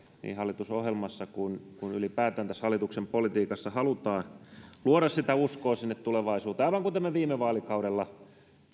niin hallitusohjelmassa kuin ylipäätään hallituksen politiikassa halutaan luoda uskoa tulevaisuuteen aivan kuten me viime vaalikaudella